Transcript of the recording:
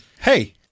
Hey